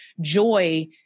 joy